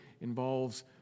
involves